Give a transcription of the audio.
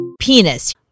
Penis